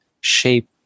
shape